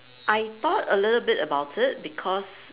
I thought a little bit about it because